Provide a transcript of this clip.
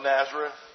Nazareth